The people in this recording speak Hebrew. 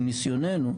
מניסיוננו,